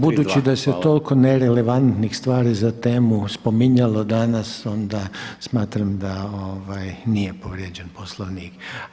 Budući da se toliko nerelevantnih stvari za temu spominjalo danas, onda smatram da nije povrijeđen Poslovnik.